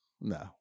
No